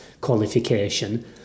qualification